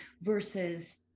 versus